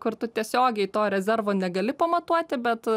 kur tu tiesiogiai to rezervo negali pamatuoti bet